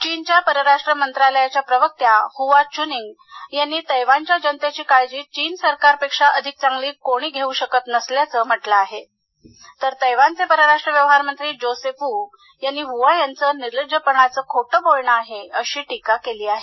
चीनच्या परराष्ट मंत्रालयाच्या प्रवक्त्या हुआ चुनिंग यांनी तैवानच्या जनतेची काळजी चीन सरकारपेक्षा अधिक चांगली कोणी घेऊ शकत नसल्याचे म्हटले आहे तर तैवानचे परराष्ट्र व्यवहार मंत्री जोसेफ वू यांनी हूआ यांचे निर्लज्जपणाचे खोटे बोलणे आहे अशी टीका केली आहे